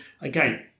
again